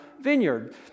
vineyard